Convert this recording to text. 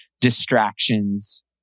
distractions